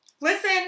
Listen